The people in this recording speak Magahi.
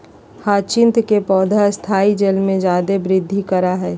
ह्यचीन्थ के पौधा स्थायी जल में जादे वृद्धि करा हइ